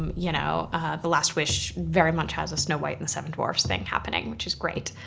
um you know the last wish, very much has a snow white and the seven dwarves things happening, which is great.